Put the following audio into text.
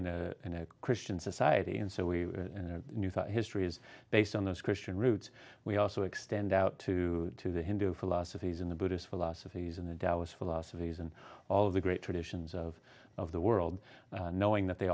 primarily in a christian society and so we knew that history is based on those christian roots we also extend out to to the hindu philosophies in the buddhist philosophies in the dallas philosophies and all of the great traditions of of the world knowing that they